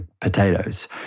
potatoes